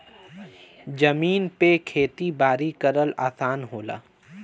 जमीन पे खेती बारी करल आसान होला